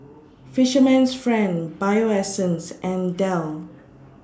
Fisherman's Friend Bio Essence and Dell